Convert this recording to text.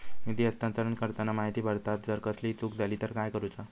निधी हस्तांतरण करताना माहिती भरताना जर कसलीय चूक जाली तर काय करूचा?